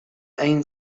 أين